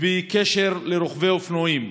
בקשר לרוכבי האופנועים,